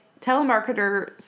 telemarketers